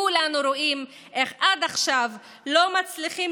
כולנו רואים איך עד עכשיו לא מצליחים